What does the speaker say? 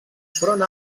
front